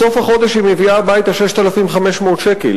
בסוף החודש היא מביאה הביתה 6,500 שקל.